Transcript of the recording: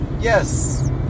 Yes